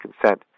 consent